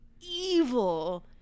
evil